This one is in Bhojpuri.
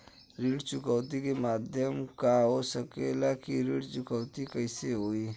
ऋण चुकौती के माध्यम का हो सकेला कि ऋण चुकौती कईसे होई?